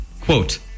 quote